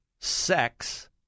sex